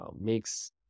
makes